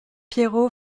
piero